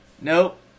Nope